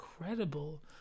incredible